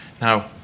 Now